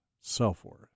self-worth